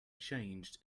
changed